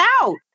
out